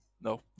No